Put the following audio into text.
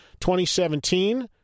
2017